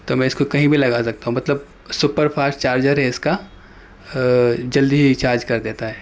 تو میں اس کو کہیں بھی لگا سکتا ہوں مطلب سوپر فاسٹ چارجر ہے اس کا جلد ہی چارج کر دیتا ہے